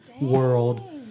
world